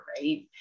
right